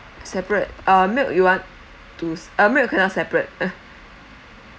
separate uh milk you want to uh milk cannot separate uh